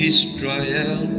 Israel